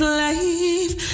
life